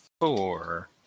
four